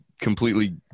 completely